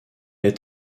est